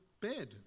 bed